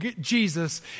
Jesus